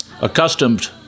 accustomed